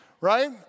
right